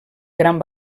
gran